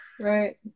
right